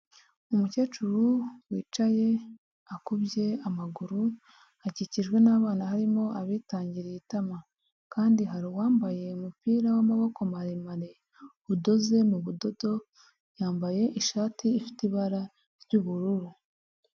Umukecuru wicaye akubye amaguru, akikijwe n'abana harimo abitangiriye itama kandi hari uwambaye umupira w'amaboko maremare, udoze mu budodo yambaye ishati ifite ibara ry'ubururu.